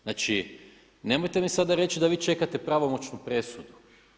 Znači, nemojte mi sada reći da vi čekate pravomoćnu presudu.